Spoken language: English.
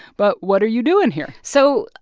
but what are you doing here? so,